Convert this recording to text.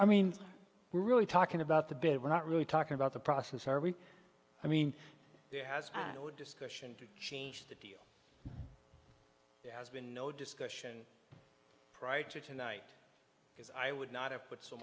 i mean we're really talking about the bit we're not really talking about the process are we i mean there has no discussion to change the deal has been no discussion right to tonight because i would not have put so